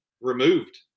removed